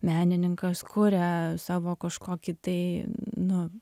menininkas kuria savo kažkokį tai nu